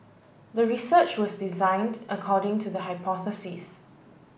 the research was designed according to the hypothesis